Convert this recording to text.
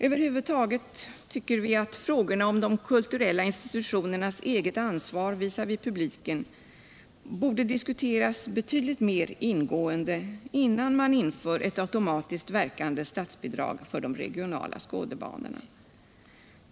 Över huvud taget tycker vi att frågorna om de kulturella institutionernas eget ansvar visavi publiken borde diskuteras betydligt mer ingående, innan man inför ett automatiskt verkande statsbidrag för de regionala skådebanorna.